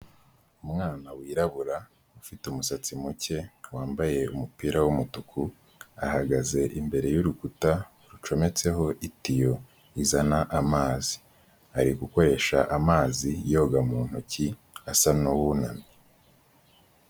Umwana wirabura ufite umusatsi muke wambaye umupira w'umutuku, ahagaze imbere y'urukuta rucometseho itiyo izana amazi, ari gukoresha amazi yoga mu ntoki asa nk'uwunamye.